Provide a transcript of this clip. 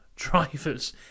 drivers